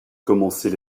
commencer